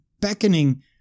beckoning